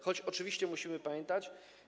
Choć oczywiście musimy pamiętać.